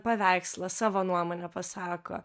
paveikslą savo nuomonę pasako